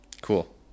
Cool